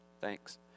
Thanks